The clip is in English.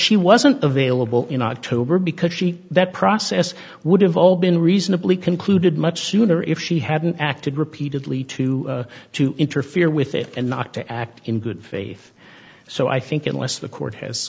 she wasn't available in october because she that process would have all been reasonably concluded much sooner if she hadn't acted repeatedly to to interfere with it and not to act in good faith so i think unless the court has